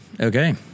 Okay